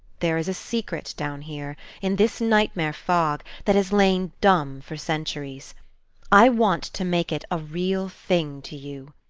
there is a secret down here, in this nightmare fog, that has lain dumb for centuries i want to make it a real thing to you.